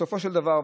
בסופו של דבר,